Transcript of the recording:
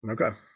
Okay